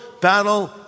battle